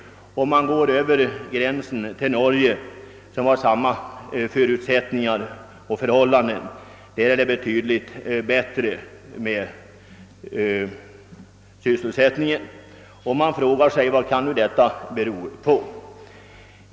Om man går över gränsen till Norge, som har samma förutsättningar och förhållanden, finner man att det där är betydligt bättre sysselsättning, och man frågar sig vad detta kan bero på.